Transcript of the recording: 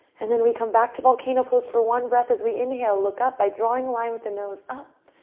and then we come back to volcano pose for one breath. as we inhale look up, by drawing line with the nose up,